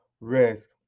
risk